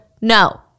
No